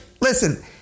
listen